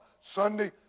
Sunday